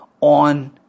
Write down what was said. on